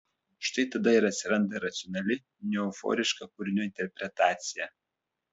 štai tada ir atsiranda racionali neeuforiška kūrinio interpretacija